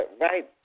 right